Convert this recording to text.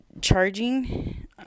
charging